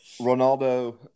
Ronaldo